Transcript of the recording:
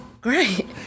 great